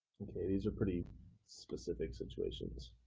these are pretty specific situations.